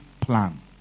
plan